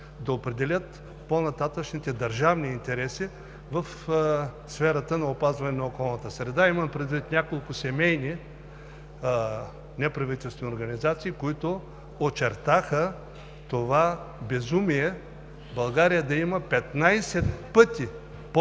да определят по-нататъшните държавни интереси в сферата на опазване на околната среда. Имам предвид няколко семейни неправителствени организации, които очертаха това безумие – България да има 15 пъти по-голяма